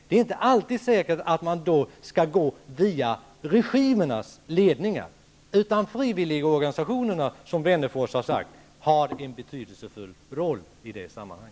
Det är inte alltid säkert att man då skall gå via regimernas ledningar, utan frivilligorganisationerna har, som Alf Wennerfors har sagt, en betydelsefull roll i detta sammanhang.